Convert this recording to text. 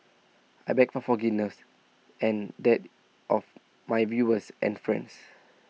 I beg for forgiveness and that of my viewers and friends